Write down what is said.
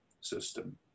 system